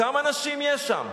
כמה נשים יש שם?